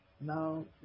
now